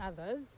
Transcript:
others